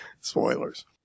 Spoilers